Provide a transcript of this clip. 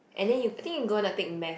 and then you think you gonna take math